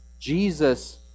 Jesus